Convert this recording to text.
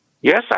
Yes